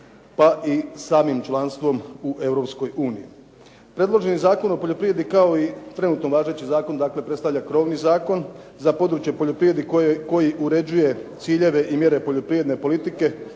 pa i samim članstvom u EU. Predloženi Zakon o poljoprivredi kao i trenutno važeći zakon dakle predstavlja krovni zakon za područje poljoprivrede koji uređuje ciljeve i mjere poljoprivredne politike